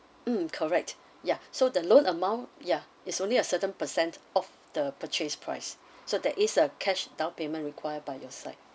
mm correct yeah so the loan amount ya it's only a certain percent of the purchase price so there is a cash down payment require by your side